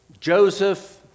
Joseph